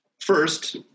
First